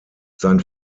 sein